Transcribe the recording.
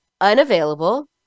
unavailable